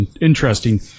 interesting